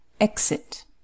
exit